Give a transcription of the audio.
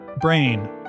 brain